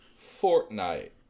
Fortnite